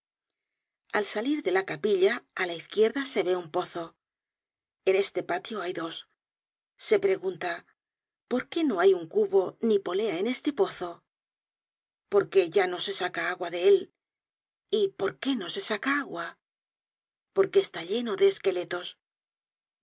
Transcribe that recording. al salir de la capilla á la izquierda se ve un pozo en este patio hay dos se pregunta por qué no hay cubo ni polea en este pozo porque ya no se saca agua de él y por qué no se saca agua porque está lleno de esqueletos